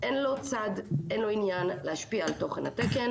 אין לו צד, ואין לו עניין להשפיע על התוכן הזה.